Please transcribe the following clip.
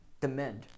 demand